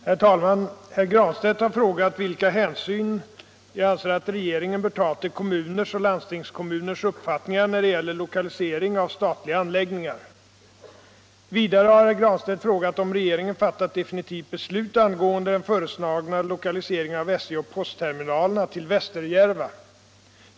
Herr talman! Herr Granstedt har frågat vilka hänsyn jag anser att regeringen bör ta till kommuners och landstingskommuners uppfattningar när det gäller lokalisering av statliga anläggningar. Vidare har herr Granstedt frågat om regeringen fattat definitivt beslut angående den föreslagna lokaliseringen av SJ och postterminalerna till Västerjärva.